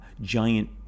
Giant